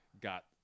got